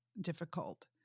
difficult